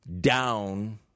down